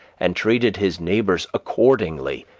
and treated his neighbors accordingly,